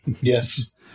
Yes